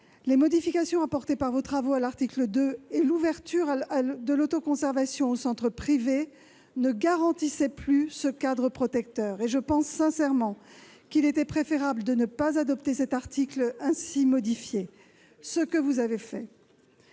les modifications que vous aviez apportées à l'article 2 et l'ouverture de l'autoconservation aux centres privés ne garantissaient plus ce cadre protecteur. Je pense sincèrement qu'il était préférable de ne pas adopter cet article ainsi modifié, ce que vous avez fait.